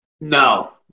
No